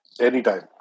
Anytime